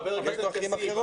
חבר הכנסת כסיף,